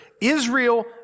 Israel